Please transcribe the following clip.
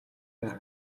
байх